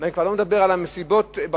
ואני כבר לא מדבר על מסיבות בר-מצווה,